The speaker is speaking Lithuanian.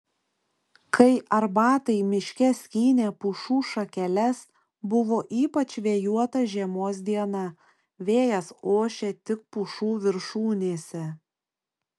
kai arbatai miške skynė pušų šakeles buvo ypač vėjuota žiemos diena vėjas ošė tik pušų viršūnėse